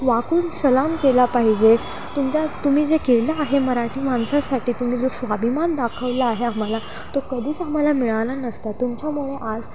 वाकूून सलाम केला पाहिजे तुमच्या तुम्ही जे केलं आहे मराठी माणसासाठी तुम्ही जो स्वाभिमान दाखवला आहे आम्हाला तो कधीच आम्हाला मिळाला नसता तुमच्यामुळे आज